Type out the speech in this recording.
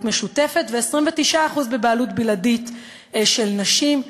משותפת ו-29% בבעלות בלעדית של נשים.